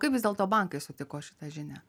kaip vis dėlto bankai sutiko šitą žinią